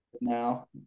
now